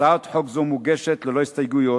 הצעת חוק זו מוגשת ללא הסתייגויות,